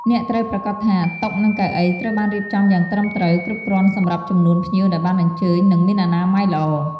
អ្នកត្រូវប្រាកដថា តុ និងកៅអី ត្រូវបានរៀបចំយ៉ាងត្រឹមត្រូវ គ្រប់គ្រាន់សម្រាប់ចំនួនភ្ញៀវដែលបានអញ្ជើញ និងមានអនាម័យល្អ។